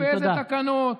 באיזה תקנות?